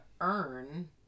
earn